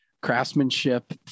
craftsmanship